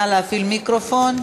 נא להפעיל מיקרופון.